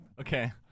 Okay